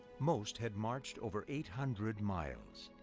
most had marched over eight hundred miles.